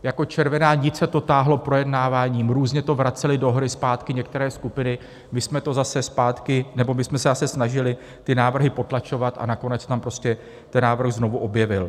Jako červená nit se to táhlo projednáváním, různě to vracely do hry zpátky některé skupiny, my jsme to zase zpátky... nebo my jsme se zase snažili ty návrhy potlačovat a nakonec se tam ten návrh znovu objevil.